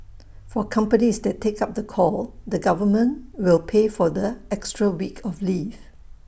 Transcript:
for companies that take up the call the government will pay for the extra week of leave